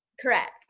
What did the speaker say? Correct